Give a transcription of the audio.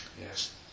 Yes